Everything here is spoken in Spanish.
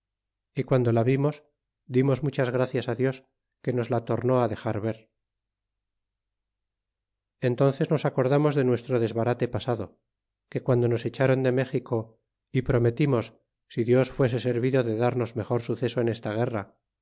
y guando la vimos dimos muchas gracias dios que nos la tornó dexar ver entónces nos acordamos de nuestro desbarate pasado de guando nos echron de méxico y prometimos si dios fuese servido de darnos mejor suceso en esta guerra